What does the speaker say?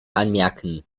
anmerken